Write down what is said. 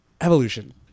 evolution